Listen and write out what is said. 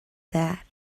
that